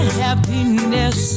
happiness